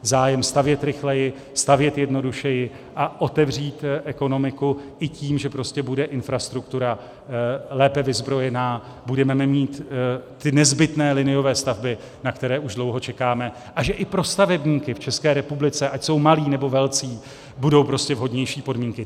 Zájem stavět rychleji, stavět jednodušeji a otevřít ekonomiku i tím, že prostě bude infrastruktura lépe vyzbrojená, budeme mít ty nezbytné liniové stavby, na které už dlouho čekáme, a že i pro stavebníky v České republice, ať jsou malí, nebo velcí, budou prostě vhodnější podmínky.